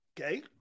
Okay